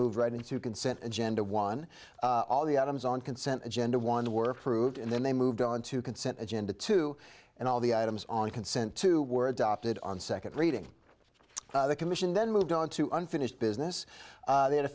moved right into consent agenda one all the items on consent agenda one were proved and then they moved on to consent agenda two and all the items on consent to were adopted on second reading the commission then moved on to unfinished business they had a